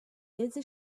ilse